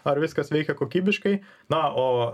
ar viskas veikia kokybiškai na o